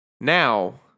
now